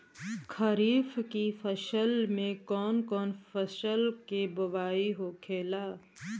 खरीफ की फसल में कौन कौन फसल के बोवाई होखेला?